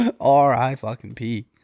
R-I-fucking-P